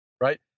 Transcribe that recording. Right